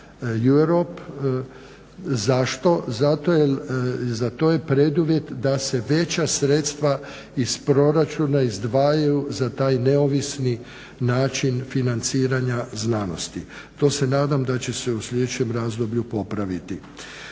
Europa, zašto? Zato jel je za to preduvjet da se veća sredstva iz proračuna izdvajaju za taj neovisni način financiranja znanosti. To se nadam da će se u sljedećem razdoblju popraviti.